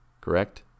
correct